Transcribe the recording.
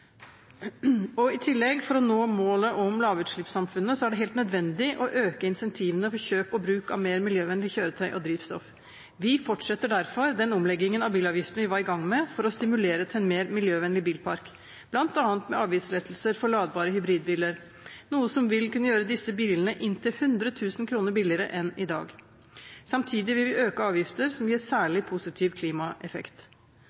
det i tillegg helt nødvendig å øke incentivene for kjøp og bruk av mer miljøvennlige kjøretøy og drivstoff. Vi fortsetter derfor den omleggingen av bilavgiftene vi var i gang med for å stimulere til en mer miljøvennlig bilpark, bl.a. med avgiftslettelser for oppladbare hybridbiler, noe som vil kunne gjøre disse bilene inntil 100 000 kr billigere enn i dag. Samtidig vil vi øke avgifter som gir